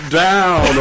down